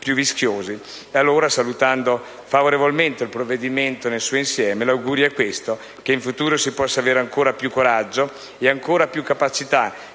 più rischiosi. Allora, salutando favorevolmente il provvedimento nel suo insieme, l'augurio è che in futuro si possa avere ancora più coraggio e capacità